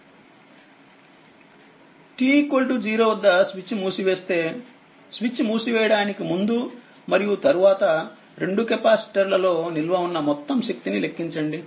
t 0వద్ద switch మూసివేస్తే switch మూసివేయడానికి ముందు మరియు తరువాత రెండు కెపాసిటర్ల లో నిల్వ ఉన్న మొత్తం శక్తి ని లెక్కించండి